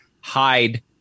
hide